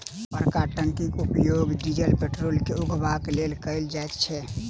बड़का टंकीक उपयोग डीजल पेट्रोल के उघबाक लेल कयल जाइत छै